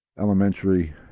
elementary